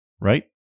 right